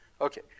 Okay